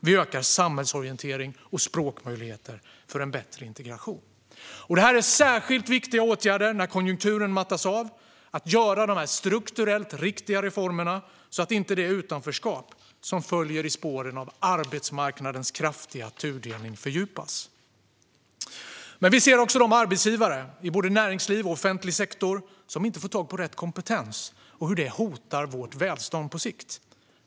Vi ökar samhällsorientering och språkmöjligheter för en bättre integration. Detta är särskilt viktiga åtgärder när konjunkturen mattas av - att göra dessa strukturellt riktiga reformer så att det utanförskap som följer i spåren av arbetsmarknadens kraftiga tudelning inte fördjupas. Vi ser också de arbetsgivare i både näringsliv och offentlig sektor som inte får tag i rätt kompetens och hur detta hotar vårt välstånd på sikt.